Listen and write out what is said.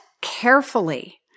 carefully